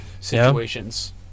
situations